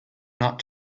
not